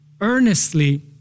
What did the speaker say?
earnestly